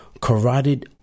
carotid